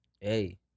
Hey